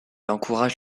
encourage